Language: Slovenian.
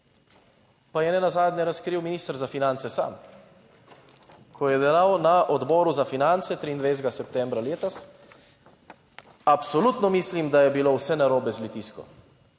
pa je nenazadnje razkril minister za finance sam, ko je delal na Odboru za finance 23. septembra letos, absolutno mislim, da je bilo vse narobe z Litijsko